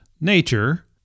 nature